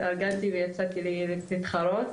התארגנתי ויצאתי להתחרות